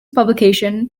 publication